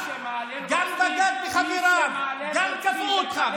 גם בגד בחבריו, גם כפו אותך.